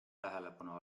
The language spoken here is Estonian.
tähelepanu